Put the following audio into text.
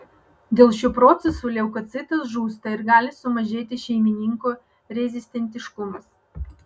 dėl šių procesų leukocitas žūsta ir gali sumažėti šeimininko rezistentiškumas